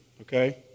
okay